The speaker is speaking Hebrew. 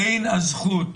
בין הזכות